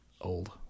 old